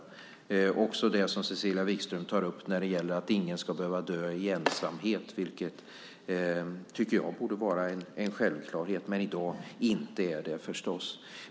Det gäller också det som Cecilia Wikström tar upp när det gäller att ingen ska behöva dö i ensamhet vilket, tycker jag, borde vara en självklarhet men som i dag inte är det.